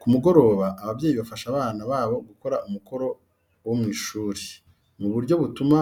Ku mugoroba, ababyeyi bafasha abana babo gukora umukoro wo mu ishuri mu buryo butuma